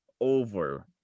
over